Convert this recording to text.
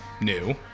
new